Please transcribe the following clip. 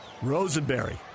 Rosenberry